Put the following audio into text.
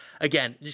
Again